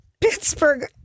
Pittsburgh